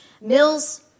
Mills